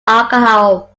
alcohol